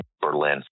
Berlin